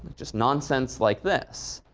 just nonsense like this,